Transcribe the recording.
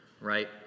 right